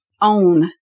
own